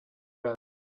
road